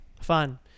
fun